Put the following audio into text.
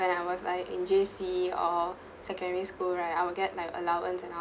when I was like in J_C or secondary school right I will get like allowance and all